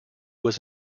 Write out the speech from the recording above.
was